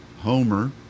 Homer